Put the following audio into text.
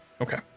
Okay